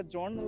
John